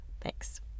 Thanks